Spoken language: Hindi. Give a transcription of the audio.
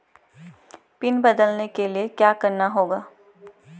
पिन बदलने के लिए क्या करना होगा?